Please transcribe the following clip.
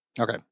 okay